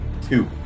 Two